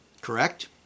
Correct